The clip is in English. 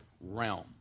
realm